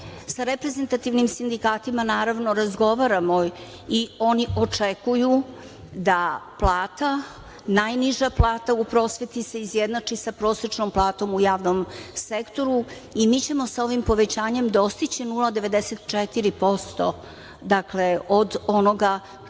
reprezentativnim sindikatima, naravno razgovaramo i oni očekuju da plata najniža plata u prosveti se izjednači sa prosečnom platom u javnom sektoru. Mi ćemo sa ovim povećanjem dostići 0,94 posto od onoga čemu